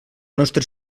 nostra